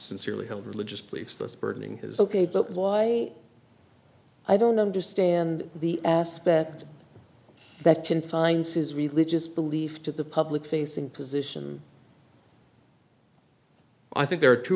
sincerely held religious beliefs that's burdening his ok but why i don't understand the aspect that confines his religious belief to the public facing position i think there are two